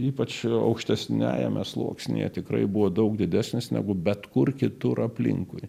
ypač aukštesniajame sluoksnyje tikrai buvo daug didesnis negu bet kur kitur aplinkui